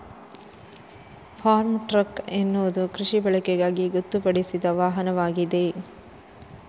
form truck ಎನ್ನುವುದು ಕೃಷಿ ಬಳಕೆಗಾಗಿ ಗೊತ್ತುಪಡಿಸಿದ ವಾಹನವಾಗಿದೆ